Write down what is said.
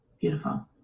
Beautiful